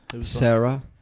Sarah